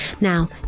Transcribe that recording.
Now